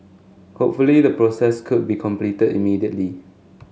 hopefully the process could be completed immediately